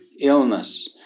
illness